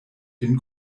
den